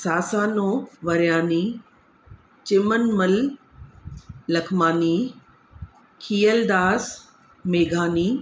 सासानो वरयानी चिमनमल लखमानी खियलदास मेघानी